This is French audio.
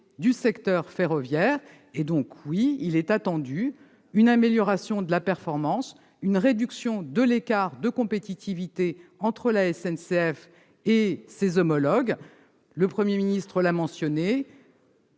du secteur ferroviaire : nous comptons sur une amélioration de la performance et une réduction de l'écart de compétitivité entre la SNCF et ses homologues. Le Premier ministre a mentionné